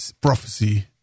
Prophecy